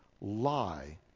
lie